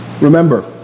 Remember